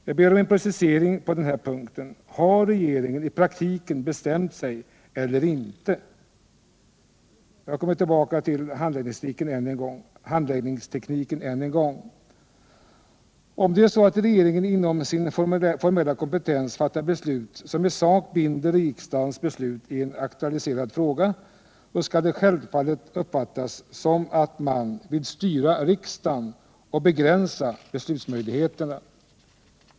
Jag ber om en precisering på den punkten: Har regeringen i praktiken bestämt sig eller inte? Jag kommer än en gång tillbaka till handläggningstekniken. Om det är så att regeringen inom sin formella kompetens fattar beslut som i sak blir riksdagens beslut i en aktualiserad fråga, skall det självfallet uppfattas som att man vill styra riksdagen och begränsa beslutsmöjligheterna.